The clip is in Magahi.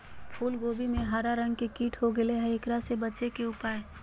फूल कोबी में हरा रंग के कीट हो गेलै हैं, एकरा से बचे के उपाय?